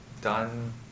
done